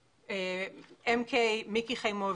הוועדה, חה"כ מיקי חיימוביץ':